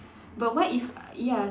but what if ya